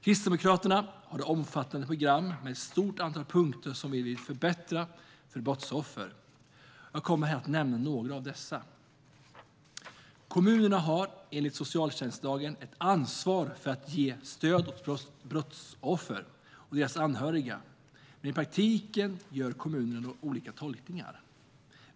Kristdemokraterna har ett omfattande program med ett stort antal punkter där vi vill förbättra för brottsoffer. Jag kommer att nämna några av dessa. Kommunerna har enligt socialtjänstlagen ett ansvar för att ge stöd åt brottsoffer och deras anhöriga. Men i praktiken gör kommunerna olika tolkningar.